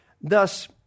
Thus